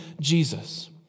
Jesus